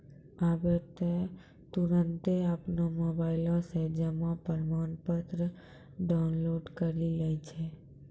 आबै त तुरन्ते अपनो मोबाइलो से जमा प्रमाणपत्र डाउनलोड करि लै छै